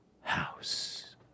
house